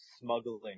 smuggling